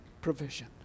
provision